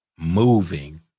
Moving